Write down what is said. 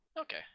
Okay